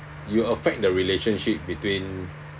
you will affect the relationship between